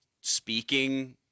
speaking